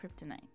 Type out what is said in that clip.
kryptonite